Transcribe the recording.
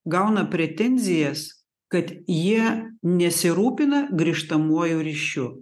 gauna pretenzijas kad jie nesirūpina grįžtamuoju ryšiu